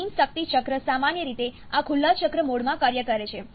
steam શક્તિ ચક્ર સામાન્ય રીતે આ ખુલ્લા ચક્ર મોડમાં કાર્ય કરે છે